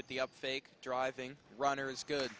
with the up fake driving runner is good